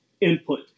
input